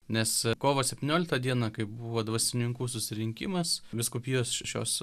nes kovo septynioliktą dieną kai buvo dvasininkų susirinkimas vyskupijos šios